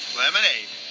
lemonade